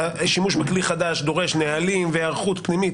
ששימוש בכלי חדש דורש נהלים והיערכות פנימית